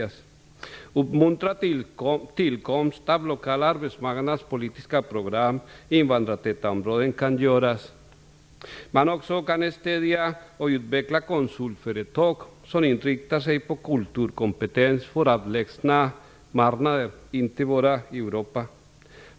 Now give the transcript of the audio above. Man bör uppmuntra tillkomsten av lokala arbetsmarknadspolitiska program i invandrartäta områden. Man kan stödja och utveckla konsultföretag som inriktar sig på kulturkompetens för avlägsna marknader, inte bara i Europa.